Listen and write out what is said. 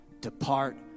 depart